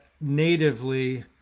natively